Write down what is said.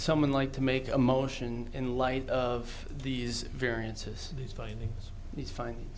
someone like to make a motion in light of these variances these findings these find